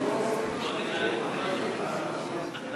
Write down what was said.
שר התחבורה עונה